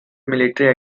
military